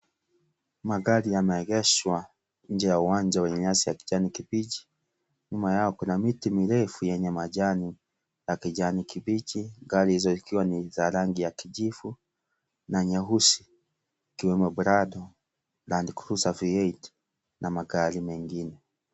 Magaroi yameegeshwa nje ya uwanja wa nyasi ya kijani kibichi. Nyuma yao kuna miti mirefu yenye majani ya kijani kibichi. Gari hizo zikiwa ni za rangi ya kijivu na nyeusi, ikiwemo Prado Landcruser V8, na magari mengine.